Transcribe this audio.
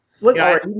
Look